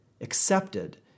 accepted